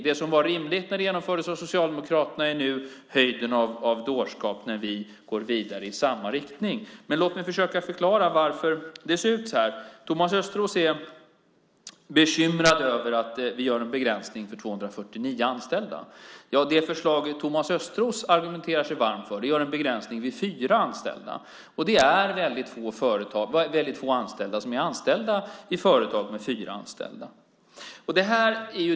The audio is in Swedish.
Det som var rimligt när det genomfördes av Socialdemokraterna är nu höjden av dårskap när vi går vidare i samma riktning. Låt mig försöka förklara varför det ser ut så här. Thomas Östros är bekymrad över att vi gör en begränsning till 249 anställda. Det förslag som Thomas Östros argumenterar sig varm för gör en begräsning vid fyra anställda. Det är väldigt få personer som är anställda i företag med fyra anställda.